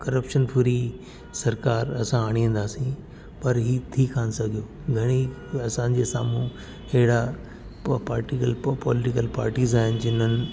corruption free सरकारु असां आणींदासीं पर इहा थी कोनि सघियो घणी असांजे साम्हूं अहिड़ा पा पार्टिकल पॉलिटिकल पार्टीज़ आहिनि जिन्हनि